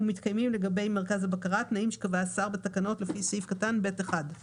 ומתקיימים לגבי מרכז הבקרה התנאים שקבע השר בתקנות לפי סעיף קטן (ב)(1);